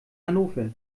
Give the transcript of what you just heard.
hannover